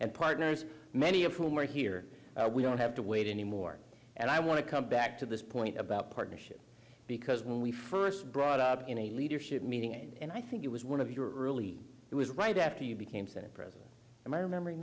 and partners many of whom are here we don't have to wait anymore and i want to come back to this point about partnership because when we first brought up in a leadership meeting and i think it was one of your early it was right after you became senate president and i remember in